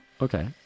Okay